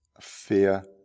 fear